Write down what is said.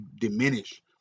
diminish